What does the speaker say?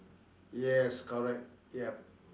yes correct ya